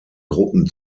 gruppen